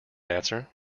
answer